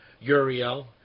Uriel